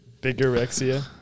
Bigorexia